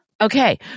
Okay